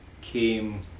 came